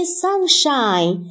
sunshine